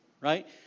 Right